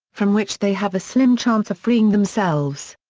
from which they have a slim chance of freeing themselves.